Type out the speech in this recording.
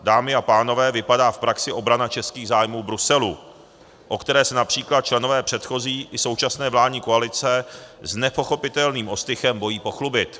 Dámy a pánové, tak vypadá v praxi obrana českých zájmů v Bruselu, o které se například členové předchozí i současné vládní koalice s nepochopitelným ostychem bojí pochlubit.